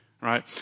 right